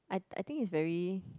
I I think is very